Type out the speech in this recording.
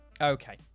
Okay